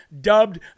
dubbed